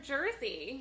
Jersey